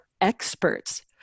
experts